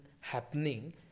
happening